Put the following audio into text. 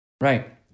Right